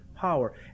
power